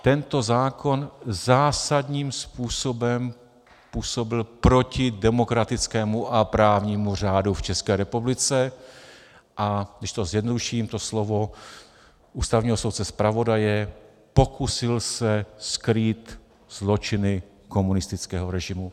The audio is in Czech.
Tento zákon zásadním způsobem působil proti demokratickému a právnímu řádu v České republice a když to zjednoduším, to slovo ústavního soudce zpravodaje pokusil se skrýt zločiny komunistického režimu.